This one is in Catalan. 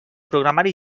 programari